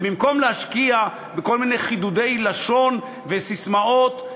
ובמקום להשקיע בכל מיני חידודי לשון וססמאות,